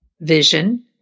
vision